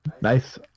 Nice